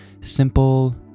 simple